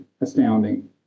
astounding